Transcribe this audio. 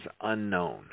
unknown